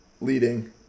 leading